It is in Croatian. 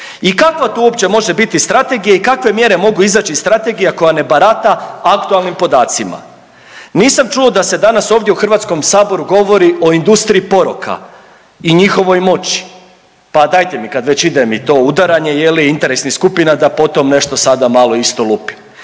I kakva to uopće može biti strategija i kakve mjere mogu izaći iz strategije koja ne barata aktualnim podacima. Nisam čuo da se danas ovdje u Hrvatskom saboru govori o industriji poroka i njihovoj moći. Pa dajte mi kad već ide mi to udaranje je li interesnih skupina da potom nešto sada malo isto lupim.